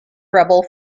rebel